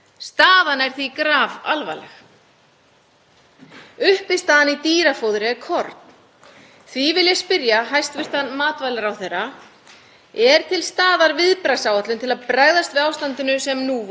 Er til staðar viðbragðsáætlun til að bregðast við ástandinu sem nú vofir yfir og hvernig getum við tryggt aðgengi að lykilaðföngum til innlendrar matvælaframleiðslu næsta árið?